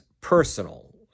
personal